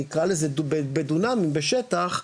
נקרא לזה דונמים בשטח,